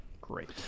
Great